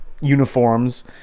uniforms